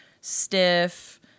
stiff